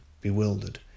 bewildered